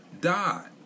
died